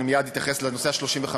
אני מייד אתייחס לנושא ה-35%.